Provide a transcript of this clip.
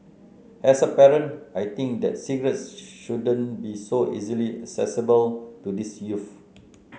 as a parent I think that cigarettes shouldn't be so easily accessible to these youths